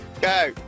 Go